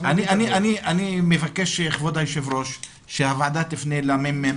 אנחנו --- אני מבקש מכבוד היושב ראש שהוועדה תפנה לממ"מ,